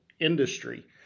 industry